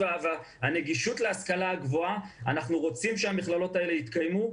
הן הנגישות להשכלה הגבוהה ואנחנו רוצים שהמכללות האלה יתקיימו.